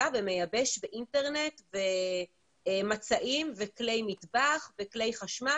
ומייבש ואינטרנט ומצעים וכלי מטבח וכלי חשמל,